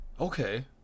Okay